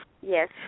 Yes